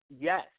Yes